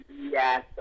Yes